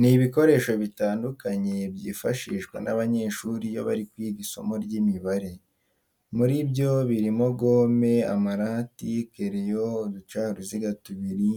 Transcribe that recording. Ni ibikoresho bitandukanye byifashishwa n'abanyeshuri iyo bari kwiga isimo ry'Imibare. Muri byo birimo gome, amarate, kereyo, uducaruziga tubiri